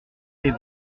des